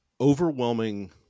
overwhelming